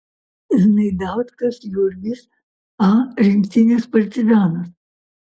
znaidauskas jurgis a rinktinės partizanas